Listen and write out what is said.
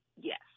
Yes